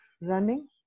running